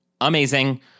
amazing